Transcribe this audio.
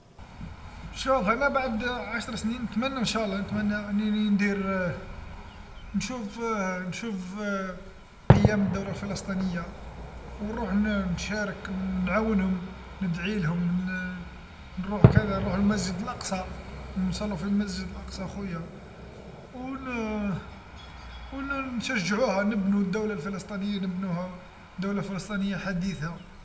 شوف هنا بعد عشر سنين نتمنى ان شاء الله نتمنى أنني ندير نشوف نشوف قيام الدوله الفلسطينيه ونروح نشارك نعاونهم ندعيلهم نروح كذا نروح للمسجد الأقصى نصلو في المسجد الأقصى خويا ون- ن- نشجعوها نبنو الدوله الفلسطينيه نبنوها دولة فلسطينيه حديثه.